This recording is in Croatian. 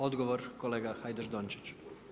Odgovor kolega Hajdaš Dončić.